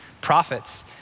prophets